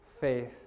faith